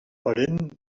parent